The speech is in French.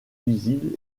visibles